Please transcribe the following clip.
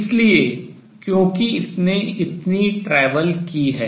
इसलिए क्योंकि इसने इतनी travel यात्रा की है